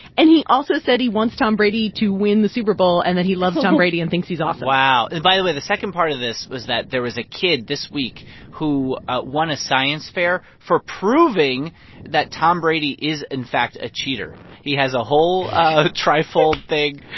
and he also said he wants tom brady to win the super bowl and that he loves tom brady and thinks he's awesome wow. and by the way, the second part of this was that there was a kid this week who won a science fair for proving that tom brady is, in fact, a cheater. he has a whole trifle thing.